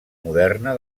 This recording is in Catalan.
moderna